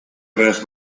res